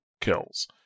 kills